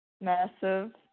massive